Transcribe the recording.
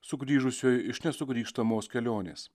sugrįžusiuoju iš nesugrįžtamos kelionės